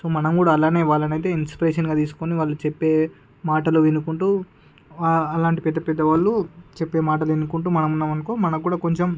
so మనం కూడా అలానే వాళ్ళను అయితే ఇన్స్పిరేషన్ గా తీసుకొని వాళ్ళు చెప్పే మాటలు వినుకుంటూ అలాంటి పెద్ద పెద్దవాళ్ళు చెప్పే మాటలు వినుకుంటూ మనం ఉన్నామనుకో మన కూడా కొంచెం